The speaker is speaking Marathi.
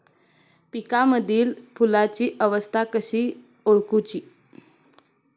पिकांमदिल फुलांची अवस्था कशी ओळखुची?